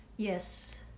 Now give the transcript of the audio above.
Yes